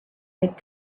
had